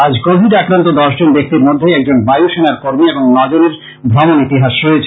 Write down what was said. আজ কোবিড আক্রান্ত দশ জন ব্যাক্তির মধ্যে একজন বায়ু সেনার কর্মী এবং ন জনের ভ্রমন ইতিহাস রয়েছে